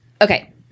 Okay